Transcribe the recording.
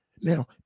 Now